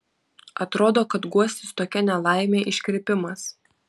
atrodo kad guostis tokia nelaime iškrypimas